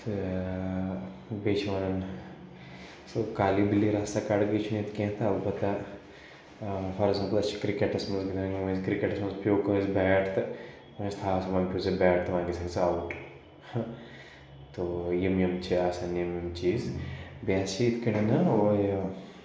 تہٕ بیٚیہِ چھِ وَنَن سُہ کالی بِلی راستہ کاٹ گی چھُ نہٕ ییٚتہِ کینٛہہ تہٕ اَلبَتہ فار ایٚگزامپٕل اَسہِ چھِ کِرکَٹَس منٛز گِنٛدان وۄنۍ کِرٛکیٚٹَس منٛز پیٚو کٲنٛسہِ بیٹ تہٕ وَنان چھِس تھاو وۄنۍ وۄنۍ پیٚے ژےٚ بیٹ تہٕ وۄنۍ گژھکھ ژٕ اَوُٹ تو یِم یِم چھِ آسان یِم یِم چیٖز بیٚیہِ حظ چھِ ییٚتہِ کَڑان نہَ ہو یہ